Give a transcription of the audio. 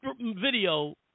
video